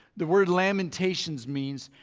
the word lamentations means,